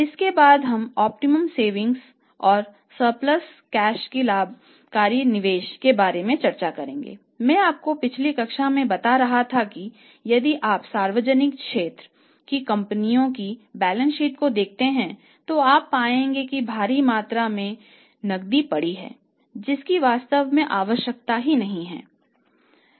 इसके बाद हम ऑप्टिमम सेविंग्स की कंपनी की बैलेंस शीट को देखते हैं तो आप पाएंगे कि भारी मात्रा में नकदी पड़ी है जिसकी वास्तव में आवश्यकता नहीं है